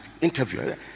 interview